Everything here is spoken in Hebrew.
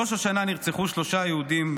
בראש השנה נרצחו שלושה יהודים,